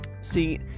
see